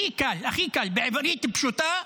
הכי קל, הכי קל, בעברית פשוטה: